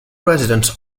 residents